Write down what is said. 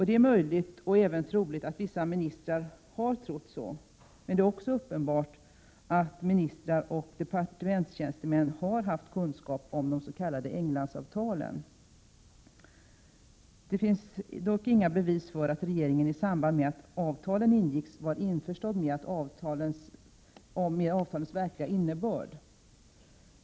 Det är möjligt, och även troligt, att vissa ministrar har trott detta, men det är också uppenbart att ministrar och departementstjänstemän har haft kunskap om de s.k. Englandsavtalen. Det finns dock inga bevis för att regeringen i samband med att avtalen ingicks var införstådd med avtalens verkliga innebörd.